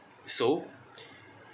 so